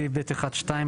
בסעיף (ב1)(2),